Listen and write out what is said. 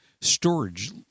storage